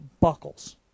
buckles